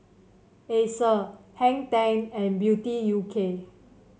Acer Hang Ten and Beauty U K